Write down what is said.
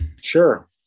Sure